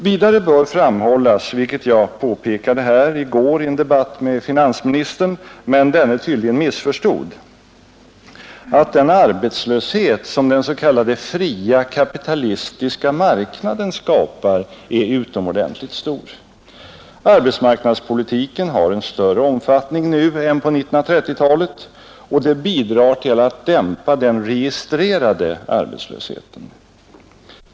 Vidare bör framhållas, vilket jag påpekade här i går i en debatt med finansministern men som denne tydligen missförstod, att den arbetslöshet som den s.k. fria kapitalistiska marknaden skapar är utomordentligt stor. Arbetsmarknadspolitiken har en större omfattning nu än på 1930-talet, och det bidrar till att dämpa den registrerade arbetslösheten.